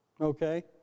Okay